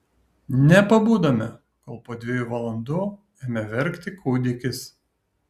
nepabudome kol po dviejų valandų ėmė verkti kūdikis